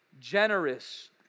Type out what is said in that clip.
generous